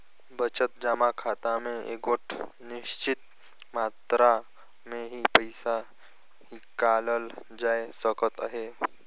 बचत जमा खाता में एगोट निच्चित मातरा में ही पइसा हिंकालल जाए सकत अहे